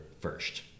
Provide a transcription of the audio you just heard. first